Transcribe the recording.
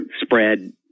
spread